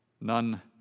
None